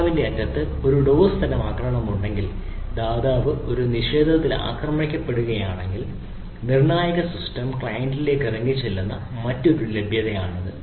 ദാതാവിന്റെ അറ്റത്ത് ഒരു ഡോസ് തരം ആക്രമണമുണ്ടെങ്കിൽ ദാതാവ് ഒരു നിഷേധത്തിൽ ആക്രമിക്കപ്പെടുകയാണെങ്കിൽ നിർണ്ണായക സിസ്റ്റം ക്ലയന്റിലേക്ക് ഇറങ്ങിച്ചെല്ലുന്ന മറ്റൊരു ലഭ്യതയാണിത്